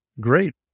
Great